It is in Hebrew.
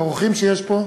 האורחים שישנם פה,